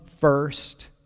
first